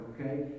okay